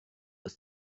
ist